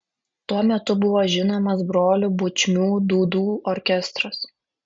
tuo metu buvo žinomas brolių bučmių dūdų orkestras